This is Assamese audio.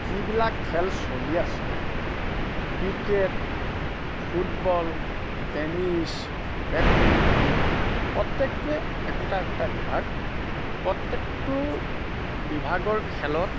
যিবিলাক খেল চলি আছে ক্ৰিকেট ফুটবল টেনিছ বেডমিণ্টন প্ৰত্যেকটোৱে একোটা একোটা বিভাগ প্ৰত্যেকটো বিভাগৰ খেলত